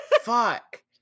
fuck